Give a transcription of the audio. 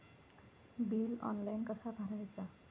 Bill online कसा भरायचा?